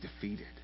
defeated